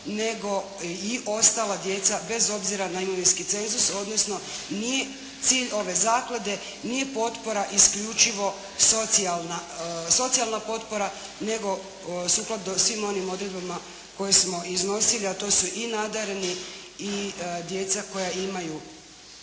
nego i ostala djeca bez obzira na imovinski cenzus, odnosno, nije cilj ove zaklade, nije potpora isključivo socijalna potpora, nego sukladno svim onim odredbama koje smo iznosili, a to su i nadareni i djeca koja imaju